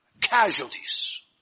casualties